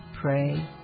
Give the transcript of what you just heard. Pray